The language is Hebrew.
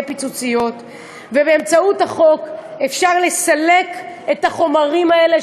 פיצוציות ובאמצעות החוק אפשר לסלק את החומרים האלה,